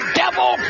devil